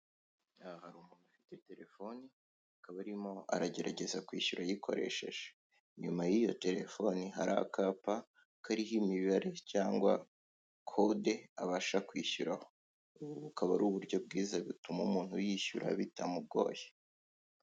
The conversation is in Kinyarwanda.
Aha hari umuntu ufite terefone akaba arimo aragerageza kwishyura ayikoresheje, inyuma y'iyo terefone hari akapa kariho imibare cyangwa kode abasha kwishyuraho. Ubu bukaba ari uburyo bwiza butuma umuntu yishyura bitamugoye.